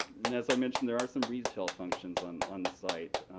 and as i mentioned, there are some retail functions on on the site.